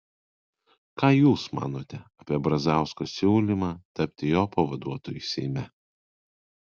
ką jūs manote apie brazausko siūlymą tapti jo pavaduotoju seime